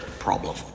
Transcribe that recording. problem